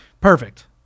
Perfect